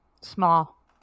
Small